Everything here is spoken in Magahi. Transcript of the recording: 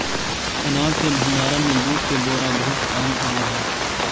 अनाज के भण्डारण में जूट के बोरा बहुत काम आवऽ हइ